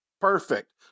Perfect